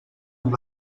amb